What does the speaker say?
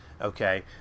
okay